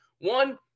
one